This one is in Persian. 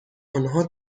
آنها